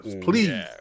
Please